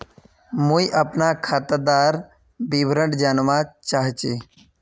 मुई अपना खातादार विवरण जानवा चाहची?